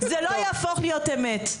זה לא יהפוך לאמת.